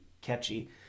catchy